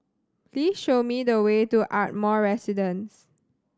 please show me the way to Ardmore Residence